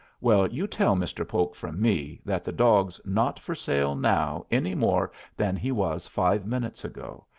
well, you tell mr. polk from me that the dog's not for sale now any more than he was five minutes ago,